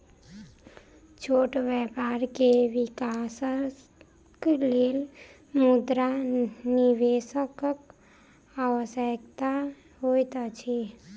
छोट व्यापार के विकासक लेल मुद्रा निवेशकक आवश्यकता होइत अछि